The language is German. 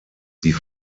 die